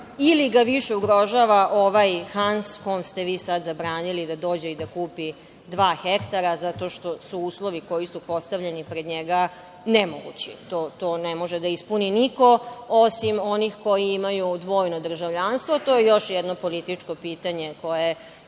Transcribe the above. ili da više ugrožava ovaj Hans, kome ste vi sada zabranili da dođe i da kupi dva hektara zato što su uslovi koji su postavljeni pred njega nemogući. To ne može da ispuni niko, osim onih koji imaju dvojno državljanstvo. To je još jedno političko pitanje koje